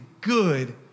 good